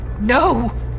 No